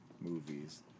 movies